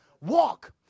walk